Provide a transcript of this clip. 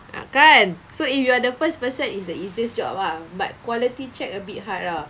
ah kan so if you are the first person it's the easiest job ah but quality check a bit hard ah